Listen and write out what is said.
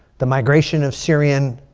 the migration of syrian